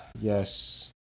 Yes